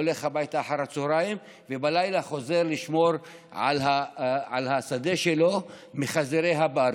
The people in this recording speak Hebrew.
הולך הביתה אחר הצוהריים ובלילה חוזר לשמור על השדה שלו מחזירי הבר.